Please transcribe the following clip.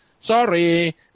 Sorry